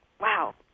Wow